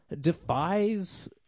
defies